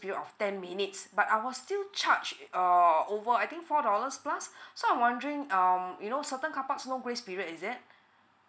period of ten minutes but I was still charged err over I think four dollars plus so I wondering um you know certain car parks no grace period is it